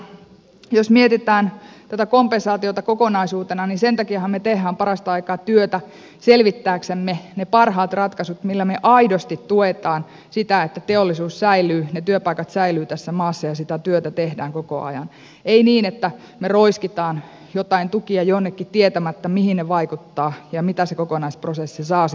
jos mietitään tätä kompensaatiota kokonaisuutena niin sen takiahan me teemme parastaikaa työtä selvittääksemme ne parhaat ratkaisut millä me aidosti tuemme sitä että teollisuus säilyy ja työpaikat säilyvät tässä maassa ja sitä työtä tehdään koko ajan ei niin että me roiskimme joitain tukia jonnekin tietämättä mihin ne vaikuttavat ja mitä se kokonaisprosessi saa sitten aikaan